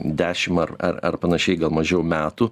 dešimt ar ar panašiai gal mažiau metų